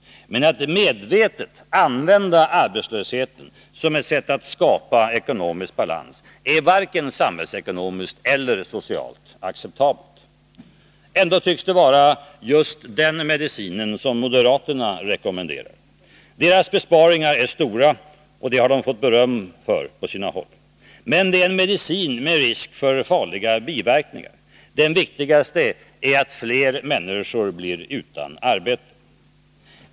Men att medvetet använda arbetslösheten som ett sätt att skapa ekonomisk balans är varken samhällsekonomiskt eller socialt acceptabelt. Ändå tycks det vara just den medicinen som moderaterna rekommenderar. Deras besparingar är stora, och det har de fått beröm för på sina håll. Men det är en medicin med risk för farliga biverkningar. Den viktigaste är att fler människor blir utan arbete.